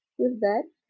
with that,